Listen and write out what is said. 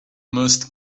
most